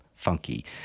funky